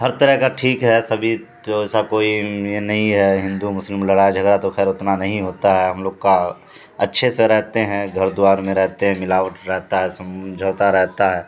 ہر طرح کا ٹھیک ہے سبھی تو ایسا کوئی یہ نہیں ہے ہندو مسلم لڑائی جھگڑا تو خیر اتنا نہیں ہوتا ہے ہم لوگ کا اچھے سے رہتے ہیں گھر دوار میں رہتے ہیں ملاوٹ رہتا ہے سمجھوتا رہتا ہے